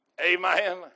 amen